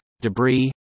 debris